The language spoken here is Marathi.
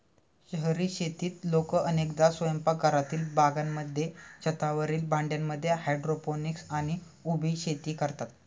शहरी शेतीत लोक अनेकदा स्वयंपाकघरातील बागांमध्ये, छतावरील भांड्यांमध्ये हायड्रोपोनिक्स आणि उभी शेती करतात